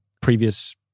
previous